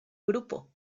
grupo